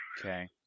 Okay